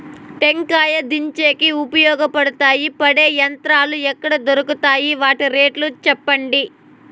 టెంకాయలు దించేకి ఉపయోగపడతాయి పడే యంత్రాలు ఎక్కడ దొరుకుతాయి? వాటి రేట్లు చెప్పండి?